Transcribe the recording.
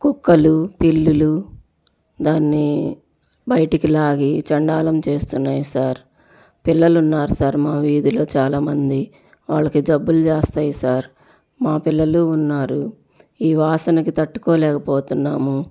కుక్కలు పిల్లులు దాన్ని బయటికి లాగి చెండాలం చేస్తున్నాయి సార్ పిల్లలు ఉన్నారు సార్ మా వీధిలో చాలామంది వాళ్ళకి జబ్బులు చేస్తాయి సార్ మా పిల్లలు ఉన్నారు ఈ వాసనకు తట్టుకోలేకపోతున్నాము